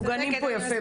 הם מוגנים פה יפה מאוד.